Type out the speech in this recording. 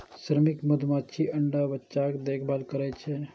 श्रमिक मधुमाछी अंडा आ बच्चाक देखभाल करै छै